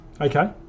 Okay